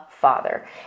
Father